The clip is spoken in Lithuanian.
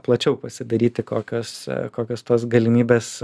plačiau pasidairyti kokios kokios tos galimybės